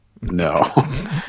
No